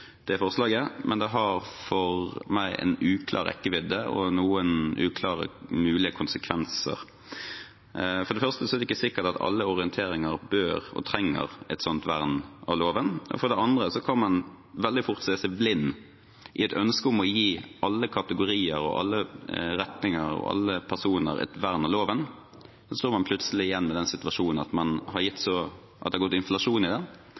det forslaget, men det har for meg en uklar rekkevidde og noen uklare mulige konsekvenser. For det første er det ikke sikkert at alle orienteringer bør ha eller trenger et sånt vern av loven. For det andre kan man veldig fort bli blind, i et ønske om å gi alle kategorier, alle retninger og alle personer et vern av loven, og så står man plutselig i den situasjonen at det har gått inflasjon i det, og at det som skal være rettigheter for alle, plutselig ikke er rettigheter for noen. Det